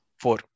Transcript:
four